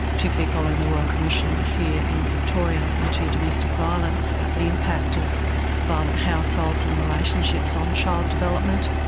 particularly following the royal commission here in victoria into domestic violence, about the impact of violent households and relationships on child development.